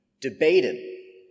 debated